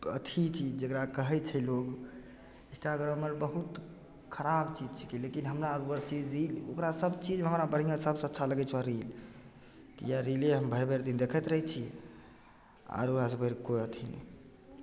अथी चीज जकरा कहै छै लोक इन्स्टाग्राम आओर बहुत खराब चीज छिकै लेकिन हमरा ओ चीज ई ओकरा सबचीजमे हमरा बढ़िआँ सबसे अच्छा लगै छौ रील इएह रीले हम भरि भरिदिन देखैत रहै छी आओर एकर कोइ अथी नहि